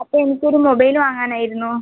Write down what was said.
അപ്പോൾ എനിക്കൊരു മൊബൈൽ വാങ്ങാനായിരുന്നു